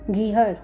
गिहर